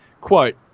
Quote